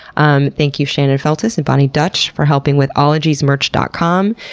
um thank you, shannon feltus, and boni dutch for helping with ologiesmerch dot com,